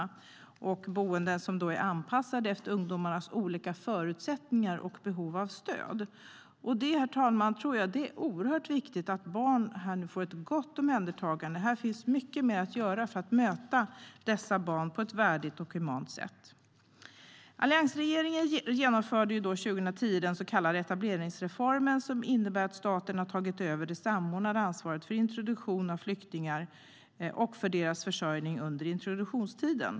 Det handlar om boenden som är anpassade efter ungdomarnas olika förutsättningar och behov av stöd. Det, herr talman, är oerhört viktigt att barn får ett gott omhändertagande. Här finns mycket mer att göra för att möta dessa barn på ett värdigt och humant sätt. Alliansregeringen genomförde 2010 den så kallade etableringsreformen som innebar att staten har tagit över det samordnade ansvaret för såväl introduktion av flyktingar som deras försörjning under introduktionstiden.